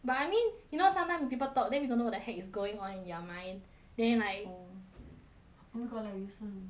but I mean you know sometimes people talk then you don't know what the heck is going on in their mind then like oh my god like wilson